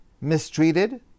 mistreated